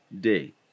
day